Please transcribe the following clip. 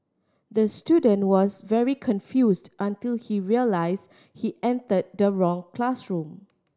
the student was very confused until he realise he enter the wrong classroom